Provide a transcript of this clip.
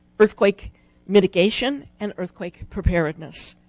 earthquake mitigation, and earthquake preparedness.